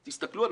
תסתכלו,